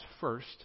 first